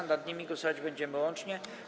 Nad nimi głosować będziemy łącznie.